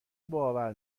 باور